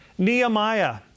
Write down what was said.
Nehemiah